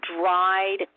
dried